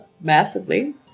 massively